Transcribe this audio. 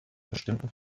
bestimmten